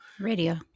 radio